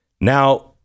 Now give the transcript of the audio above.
now